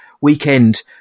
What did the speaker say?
weekend